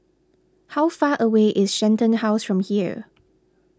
how far away is Shenton House from here